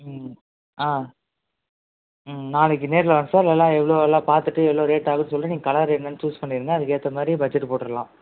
ம் ஆ ம் நாளைக்கு நேரில் வரேன் சார் இல்லைனா எவ்வளோ எல்லாம் பார்த்துட்டு எவ்வளோ ரேட்டாகுதுன்னு சொல்லி நீங்கள் கலரு என்னென்னு சூஸ் பண்ணிருங்க அதுக்கேத்தமாதிரி பட்ஜெட்டு போட்டுறலாம்